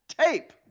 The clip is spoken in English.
tape